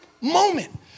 moment